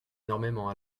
énormément